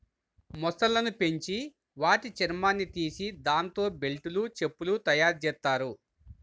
మొసళ్ళను పెంచి వాటి చర్మాన్ని తీసి దాంతో బెల్టులు, చెప్పులు తయ్యారుజెత్తారు